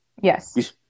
Yes